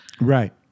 Right